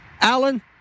Alan